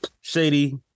Shady